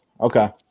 Okay